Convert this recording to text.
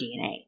DNA